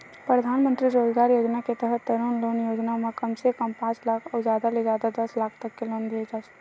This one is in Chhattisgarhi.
परधानमंतरी रोजगार योजना के तहत तरून लोन योजना म कम से कम पांच लाख अउ जादा ले जादा दस लाख तक के लोन दे जाथे